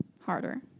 harder